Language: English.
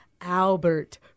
Albert